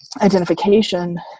identification